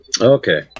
okay